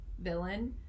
villain